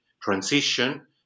transition